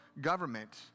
government